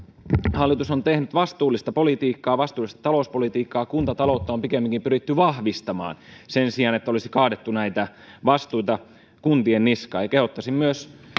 hallitus on tehnyt vastuullista politiikkaa vastuullista talouspolitiikkaa kuntataloutta on pikemminkin pyritty vahvistamaan sen sijaan että olisi kaadettu näitä vastuita kuntien niskaan ja kehottaisin